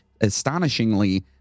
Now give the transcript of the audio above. astonishingly